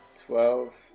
Twelve